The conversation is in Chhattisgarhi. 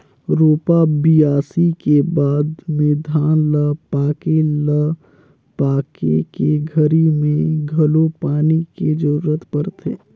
रोपा, बियासी के बाद में धान ल पाके ल पाके के घरी मे घलो पानी के जरूरत परथे